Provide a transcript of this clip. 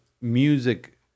music